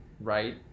Right